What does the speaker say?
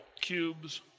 cubes